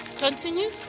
Continue